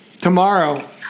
tomorrow